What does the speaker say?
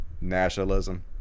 Nationalism